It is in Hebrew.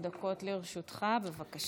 לרשותך, בבקשה.